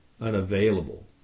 unavailable